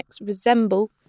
resemble